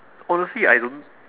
honestly I don't